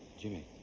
jimmy,